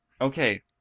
Okay